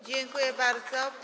Dziękuję bardzo.